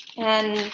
and